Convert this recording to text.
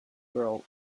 girl